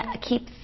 keep